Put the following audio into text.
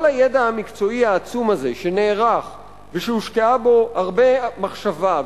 כל הידע המקצועי העצום הזה שנערך ושהושקעו בו הרבה מחשבה,